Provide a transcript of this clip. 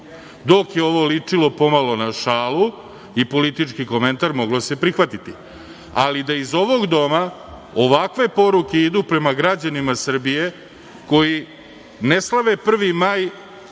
je ovo ličilo pomalo na šalu i politički komentar, moglo se prihvatiti, ali da iz ovog doma ovakve poruke idu prema građanima Srbije koji ne slave 1. maj